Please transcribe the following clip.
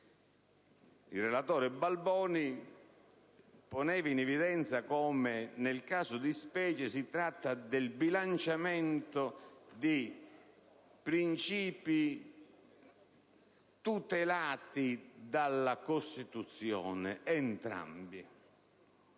Il relatore Balboni poneva in evidenza come, nel caso di specie, si tratti del bilanciamento di principi entrambi tutelati dalla Costituzione (ossia,